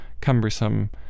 cumbersome